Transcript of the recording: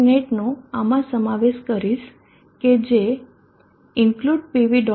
net નો આમાં સમાવેશ કરીશ કે જે include pv